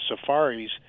safaris